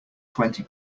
twenty